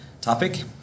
topic